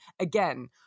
again